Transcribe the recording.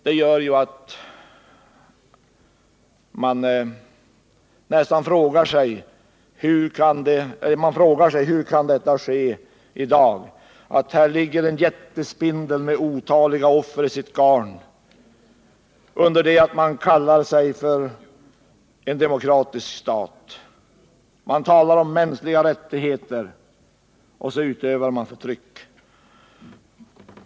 Mot denna bakgrund frågar man sig: Hur kan detta ske i dag? Här ligger en jättespindel med otaliga offer i sitt garn och kallar sig för en demokratisk stat. Det talas om mänskliga rättigheter, och så utövas det förtryck.